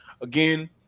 again